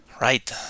Right